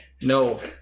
No